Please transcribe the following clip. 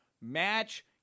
match